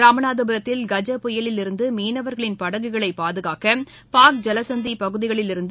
ராமநாதபுரத்தில் கஜா புயலிலிருந்துமீனவர்களின் படகுகளைபாதுகாக்க பாக்ஜலசந்திபகுதிகளிலிருந்து